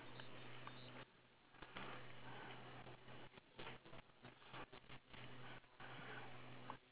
okay so she have two item on the table same right